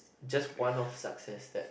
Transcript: just one of success that